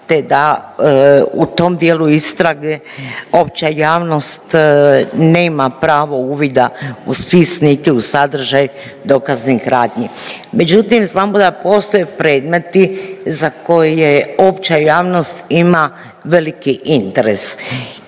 te da u tom dijelu istrage opća javnost nema pravo uvida u spis niti u sadržaj dokaznih radnji. Međutim, znamo da postoje predmeti za koje opća javnost ima veliki interes